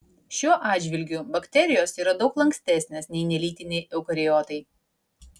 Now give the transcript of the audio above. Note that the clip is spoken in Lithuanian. šiuo atžvilgiu bakterijos yra daug lankstesnės nei nelytiniai eukariotai